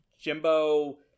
Jimbo